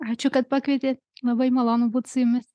ačiū kad pakvietė labai malonu būt su jumis